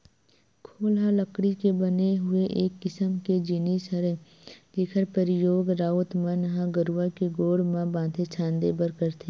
खोल ह लकड़ी के बने हुए एक किसम के जिनिस हरय जेखर परियोग राउत मन ह गरूवा के गोड़ म बांधे छांदे बर करथे